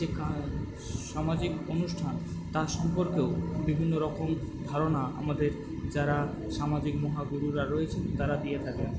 যে সামাজিক অনুষ্ঠান তার সম্পর্কেও বিভিন্ন রকম ধারণা আমাদের যারা সামাজিক মহাগুরুরা রয়েছেন তারা দিয়ে থাকেন